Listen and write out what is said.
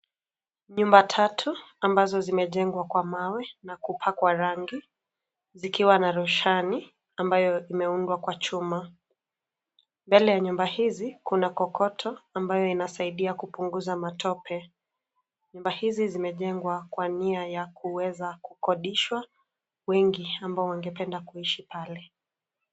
Nyumba tatu ambazo zimejengwa kwa mawe na kupakwa rangi zikiwa na roshani ambayo imeundwa kwa chuma, mbele ya nyumba hizi kuna kokoto ambayo inasaidia kupunguza matope. Nyumba hizi zimejengwa kwa nia ya kuweza kukodishwa wengi ambao wangependa kuishi pale.